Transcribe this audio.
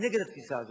אני נגד התפיסה הזאת.